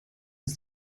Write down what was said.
ist